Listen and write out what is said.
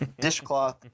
dishcloth